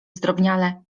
zdrobniale